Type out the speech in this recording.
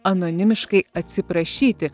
anonimiškai atsiprašyti